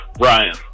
Ryan